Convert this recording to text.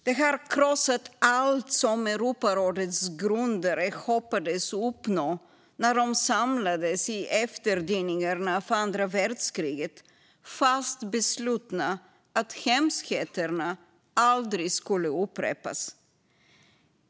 Det har krossat allt som Europarådets grundare hoppades uppnå när de samlades i efterdyningarna av andra världskriget, fast beslutna att hemskheterna aldrig skulle upprepas.